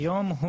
כיום,